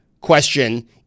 question